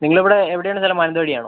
നിങ്ങളിവിടെ എവിടെയാണ് സ്ഥലം മാനന്തവാടിയാണോ